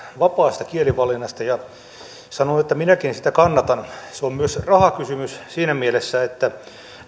vapaasta kielivalinnasta ja sanoivat että sitä kannattavat se on myös rahakysymys siinä mielessä että